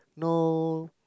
know